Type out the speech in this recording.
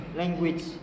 language